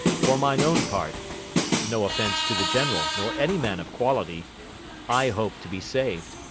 for mine own part no offence to the general, nor any man of quality i hope to be saved.